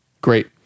Great